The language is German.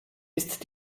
ist